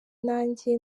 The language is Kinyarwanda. nanjye